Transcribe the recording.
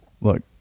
Look